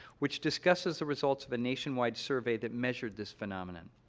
which discusses the results of a nationwide survey that measured this phenomenon.